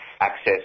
Access